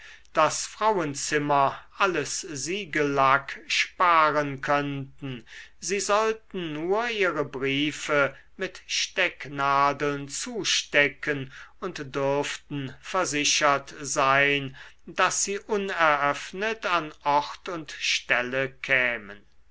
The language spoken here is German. daß frauenzimmer alles siegellack sparen könnten sie sollten nur ihre briefe mit stecknadeln zustecken und dürften versichert sein daß sie uneröffnet an ort und stelle kämen